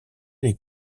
les